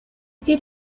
said